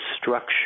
structure